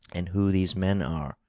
and who these men are,